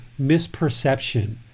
misperception